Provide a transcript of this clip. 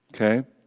Okay